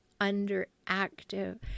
underactive